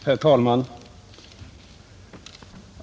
Herr talman!